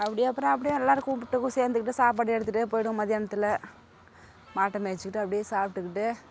அப்படியே அப்புறம் அப்படியே எல்லோரும் சேர்ந்துக்கிட்டு சாப்பாடு எடுத்துகிட்டே போயிடுவோம் மத்தியானத்துல மாட்டை மேய்ச்சுக்கிட்டு அப்படியே சாப்பிட்டுக்கிட்டு